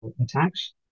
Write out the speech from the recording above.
attacks